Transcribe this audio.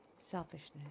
selfishness